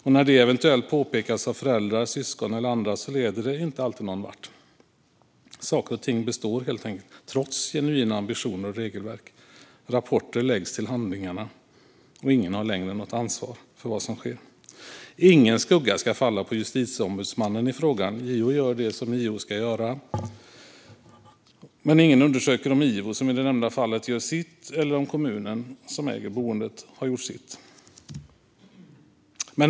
Och när detta eventuellt påpekas av föräldrar, syskon eller andra leder det inte alltid någonvart. Saker och ting består helt enkelt, trots genuina ambitioner och regelverk. Rapporter läggs till handlingarna, och ingen har längre något ansvar för vad som sker. Ingen skugga ska falla på Justitieombudsmannen i frågan. JO gör det som JO ska göra. Men ingen undersöker om Ivo, som i det nämnda fallet, gör sitt eller om kommunen som äger boendet har gjort sitt.